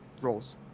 roles